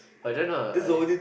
I don't know I